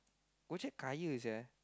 Go-Jek kaya sia